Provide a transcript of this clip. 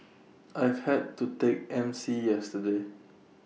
I've had to take M C yesterday